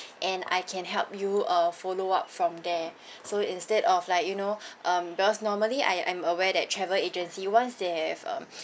and I can help you uh follow up from there so instead of like you know um because normally I I'm aware that travel agency once they have um